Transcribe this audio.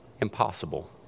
impossible